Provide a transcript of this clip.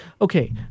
Okay